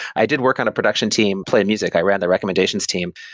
i did work on a production team, play music. i ran the recommendations team.